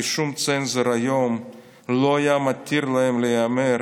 שום צנזור היום לא היה מתיר להם להיאמר